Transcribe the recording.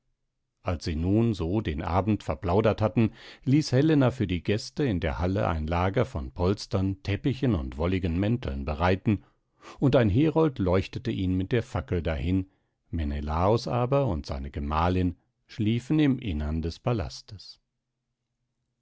als sie nun so den abend verplaudert hatten ließ helena für die gäste in der halle ein lager von polstern teppichen und wolligen mänteln bereiten und ein herold leuchtete ihnen mit der fackel dahin menelaos aber und seine gemahlin schliefen im innern des palastes